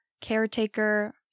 caretaker